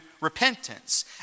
repentance